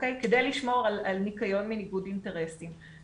כדי לשמור על ניקיון מניגוד אינטרסים.